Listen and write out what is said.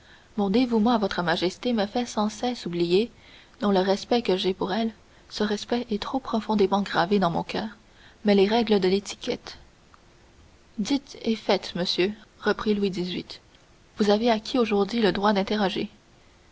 mon dévouement à votre majesté me fait sans cesse oublier non le respect que j'ai pour elle ce respect est trop profondément gravé dans mon coeur mais les règles de l'étiquette dites et faites monsieur reprit louis xviii vous avez acquis aujourd'hui le droit d'interroger